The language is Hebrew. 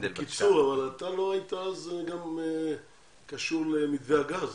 אתה לא היית אז גם קשור למתווה הגז?